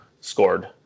scored